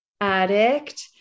addict